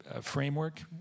framework